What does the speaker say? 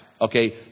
okay